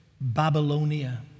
Babylonia